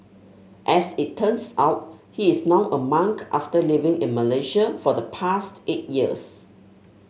as it turns out he is now a monk after living in Malaysia for the past eight years